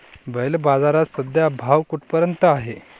बैल बाजारात सध्या भाव कुठपर्यंत आहे?